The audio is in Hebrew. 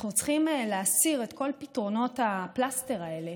אנחנו צריכים להסיר את כל פתרונות הפלסטר האלה